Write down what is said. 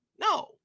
No